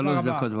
שלוש דקות.